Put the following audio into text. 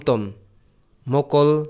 mokol